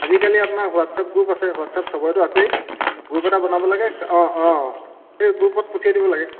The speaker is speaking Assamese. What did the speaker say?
আজিকালি আপোনাৰ হোৱাটছ আপ গ্ৰুপ আছে হোৱাটছ আপ চবেইতো আছেই গ্ৰুপ এটা বনাব লাগে অঁ অঁ সেই গ্ৰুপত পঠিয়াই দিব লাগে